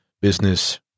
business